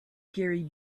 gary